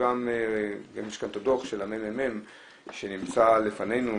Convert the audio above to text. יש כאן גם את דוח הממ"מ שנמצא לפנינו,